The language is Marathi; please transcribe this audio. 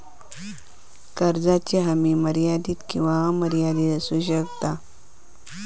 कर्जाची हमी मर्यादित किंवा अमर्यादित असू शकता